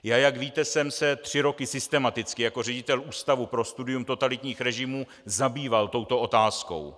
Já, jak víte, jsem se tři roky systematicky jako ředitel Ústavu pro studium totalitních režimů zabýval touto otázkou.